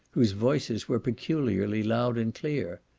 whose voices were peculiarly loud and clear.